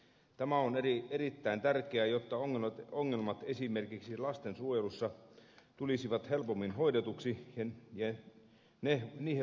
tämä on erittäin tärkeää jotta ongelmat esimerkiksi lastensuojelussa tulisivat helpommin hoidetuksi ja niihin voitaisiin tarttua entistä aikaisemmin